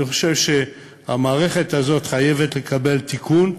אני חושב שהמערכת הזאת חייבת לקבל תיקון,